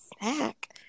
snack